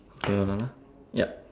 hold on ah yup